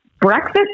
breakfast